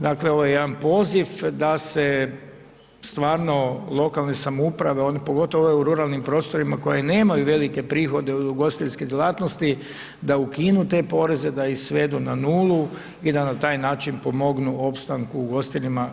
Dakle, ovo je jedan poziv da se stvarno lokalne samouprave one pogotovo ove u ruralnim prostorima koje nemaju velike prihode od ugostiteljske djelatnosti, da ukinu te poreze, da ih svedu na nulu i da na taj način pomognu opstanku ugostiteljima.